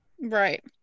right